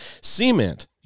cement